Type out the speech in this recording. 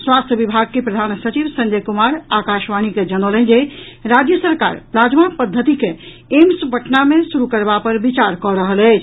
स्वास्थ्य विभाग के प्रधान सचिव संजय कुमार आकाशवाणी के जनौलनि जे राज्य सरकार प्लाजमा पद्धति के एम्स पटना मे शुरू करबा पर विचार कऽ रहल अछि